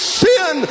sin